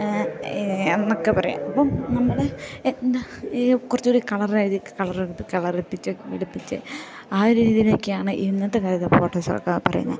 എന്നൊക്കെ പറയാം അപ്പം നമ്മൾ എന്താ ഈ കുറച്ചു കൂടി കളർ ചെയ്തി കളർ കളറടുപ്പിച്ച് പിടിപ്പിച്ച് ആ ഒരു രീതിയിലൊക്കെയാണ് ഇന്നത്തെ കൂടുതൽ ഫോട്ടോസൊക്കെ പറയുന്നത്